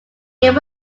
game